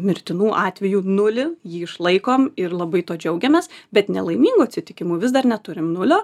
mirtinų atvejų nulį jį išlaikom ir labai tuo džiaugiamės bet nelaimingų atsitikimų vis dar neturim nulio